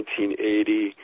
1980